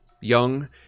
young